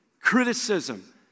criticism